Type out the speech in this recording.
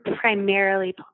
primarily